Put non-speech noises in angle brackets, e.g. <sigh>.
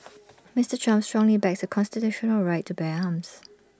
<noise> Mister Trump strongly backs the constitutional right to bear arms